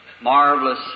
marvelous